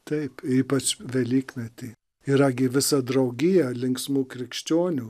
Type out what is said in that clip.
taip ypač velyknakty yra gi visa draugija linksmų krikščionių